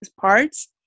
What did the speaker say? parts